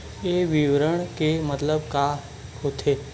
ये विवरण के मतलब का होथे?